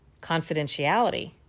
confidentiality